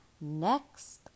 next